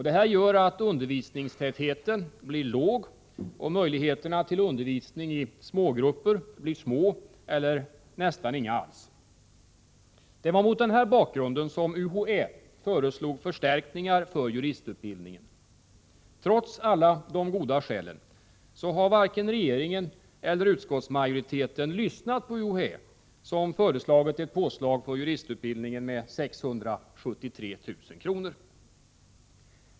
Det gör att undervisningstätheten blir låg och att möjligheterna till undervisning i smågrupper blir små eller nästan inga alls. Det var mot den här bakgrunden som UHÄ föreslog förstärkningar för juristutbildningen. Trots alla de goda skälen har varken regeringen eller utskottsmajoriteten lyssnat på UHÄ, som föreslagit ett påslag för juristutbildningen med 673 000 kr.